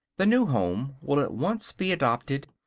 the new home will at once be adopted,